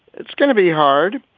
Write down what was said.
it's going to be hard.